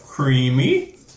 Creamy